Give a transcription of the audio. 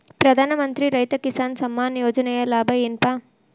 ಪ್ರಧಾನಮಂತ್ರಿ ರೈತ ಕಿಸಾನ್ ಸಮ್ಮಾನ ಯೋಜನೆಯ ಲಾಭ ಏನಪಾ?